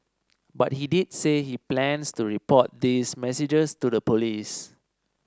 but he did say he plans to report these messages to the police